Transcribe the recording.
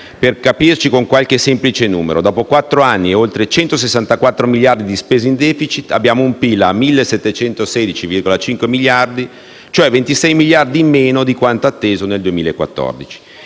Per capirci con qualche semplice numero: dopo quattro anni e oltre 164 miliardi di spesa in *deficit* abbiamo un PIL a 1.716,5 miliardi, cioè 26 miliardi in meno di quanto atteso nel 2014.